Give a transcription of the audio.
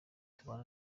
tubana